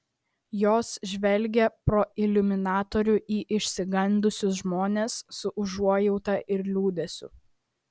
jos žvelgė pro iliuminatorių į išsigandusius žmones su užuojauta ir liūdesiu